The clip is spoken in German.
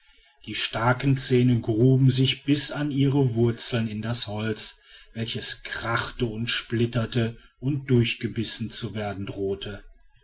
die starken zähne gruben sich bis an ihre wurzeln in das holz welches krachte und splitterte und durchgebissen zu werden drohte